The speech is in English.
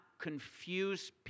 confuse